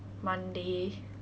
monday